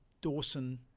dawson